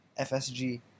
FSG